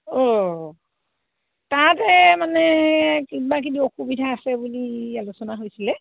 অঁ ততে মানে কিবাকিব অসুবিধা আছে বুলি আলোচনা হৈছিলে